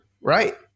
right